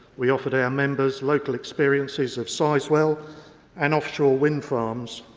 we offered members local experiences of sizewell and off-shore wind farms,